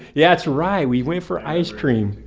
yeah that's right we went for ice cream.